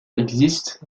existe